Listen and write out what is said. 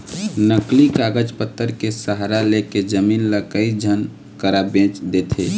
नकली कागज पतर के सहारा लेके जमीन ल कई झन करा बेंच देथे